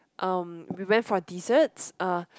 um we went for desserts uh